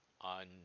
on